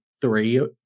three